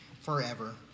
forever